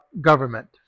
government